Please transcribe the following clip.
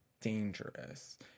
dangerous